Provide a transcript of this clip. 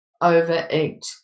overeat